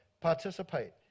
participate